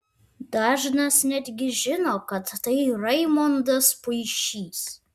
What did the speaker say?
dažnas netgi žino kad tai raimondas puišys